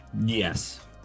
yes